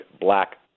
black